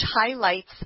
highlights